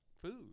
food